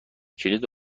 کلید